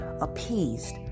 appeased